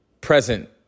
present